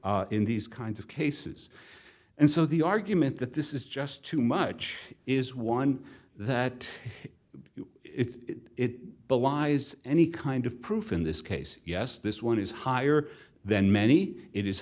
in these kinds of cases and so the argument that this is just too much is one that it belies any kind of proof in this case yes this one is higher than many it is